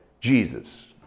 Jesus